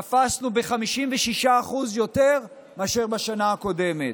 תפסנו ב-56% יותר מאשר בשנה הקודמת.